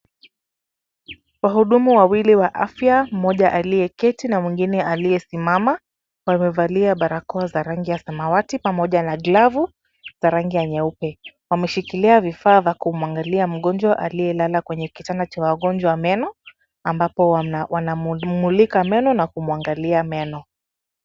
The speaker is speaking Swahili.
Wahudumu wawili wa afya mmoja aliyeketi na mwingine aliyesimama wamevalia barakoa za rangi ya samawati pamoja na glavu za rangi ya nyeupe. Wameshikilia vifaa vya kumwangalia mgonjwa aliyelala kwenye kitanda cha wagonjwa wa meno ambapo wanamumulika meno na kumwangalia meno.